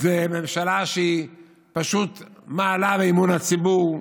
שזו ממשלה שפשוט מעלה באמון הציבור,